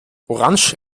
orange